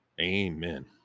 Amen